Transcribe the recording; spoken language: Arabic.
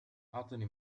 أعطني